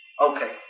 okay